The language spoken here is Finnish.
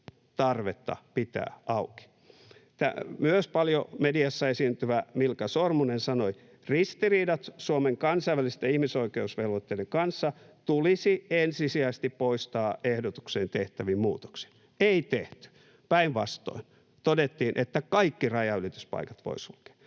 tarvetta pitää auki. Myös paljon mediassa esiintyvä Milka Sormunen sanoi: ”Ristiriidat Suomen kansainvälisten ihmisoikeusvelvoitteiden kanssa tulisi ensisijaisesti poistaa ehdotukseen tehtävin muutoksin.” Ei tehty, päinvastoin todettiin, että kaikki rajanylityspaikat voi sulkea.